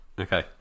Okay